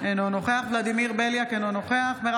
אינו נוכח ולדימיר בליאק,